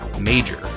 major